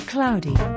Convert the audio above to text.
Cloudy